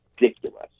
ridiculous